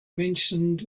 mentioned